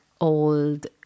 old